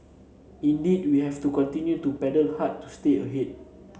indeed we have to continue to paddle hard to stay ahead